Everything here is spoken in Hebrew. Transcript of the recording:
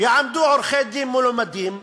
יעמדו עורכי-דין מלומדים ויגידו: